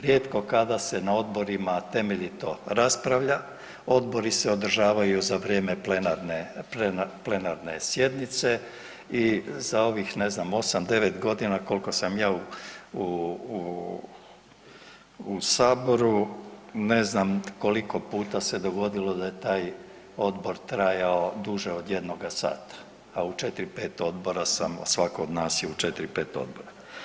Rijetko kada se na odborima temeljito raspravlja, odbori se održavaju za vrijeme plenarne, plenarne sjednice i za ovih ne znam 8, 9 godina koliko sam ja u saboru ne znam koliko puta se dogodilo da je taj odbor trajao duže od jednoga sata, a u 4, 5 odbora sam, svako od nas je u 4, 5 odbora.